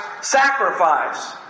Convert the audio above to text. sacrifice